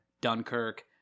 Dunkirk